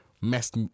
messed